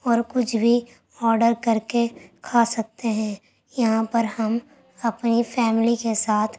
اور کچھ بھی آڈر کر کے کھا سکتے ہیں یہاں پر ہم اپنی فیملی کے ساتھ